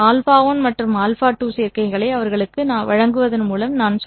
α1 மற்றும் α2 சேர்க்கைகளை அவர்களுக்கு வழங்குவதன் மூலம் நான் சொல்கிறேன்